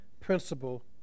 principle